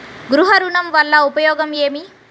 గృహ ఋణం వల్ల ఉపయోగం ఏమి?